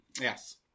Yes